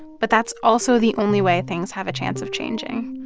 but that's also the only way things have a chance of changing.